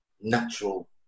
natural